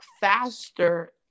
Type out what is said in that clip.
faster